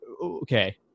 Okay